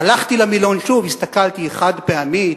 הלכתי למילון, שוב, הסתכלתי: "חד-פעמית",